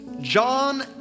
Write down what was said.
John